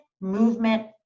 movement